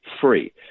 free